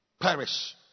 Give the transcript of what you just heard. Perish